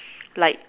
like